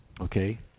Okay